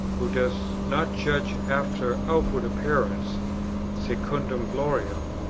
who does not judge after outward appearance secundum gloriam,